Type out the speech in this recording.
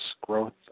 growth